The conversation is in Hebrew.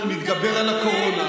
אנחנו נתגבר על הקורונה.